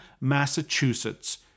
Massachusetts